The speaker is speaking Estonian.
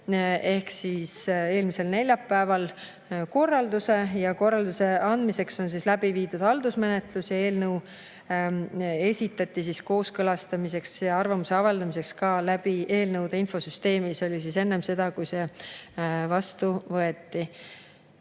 ehk eelmisel neljapäeval korralduse ja korralduse andmiseks on läbi viidud haldusmenetlus. Eelnõu esitati kooskõlastamiseks ja arvamuse avaldamiseks ka eelnõude infosüsteemi kaudu. See oli enne seda, kui see vastu võeti.